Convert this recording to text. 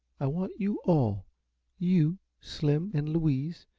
i want you all you, slim, and louise,